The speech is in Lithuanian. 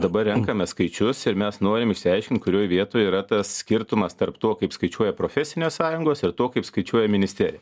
dabar renkame skaičius ir mes norim išsiaiškint kurioj vietoj yra tas skirtumas tarp to kaip skaičiuoja profesinės sąjungos ir to kaip skaičiuoja ministerija